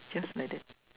just like that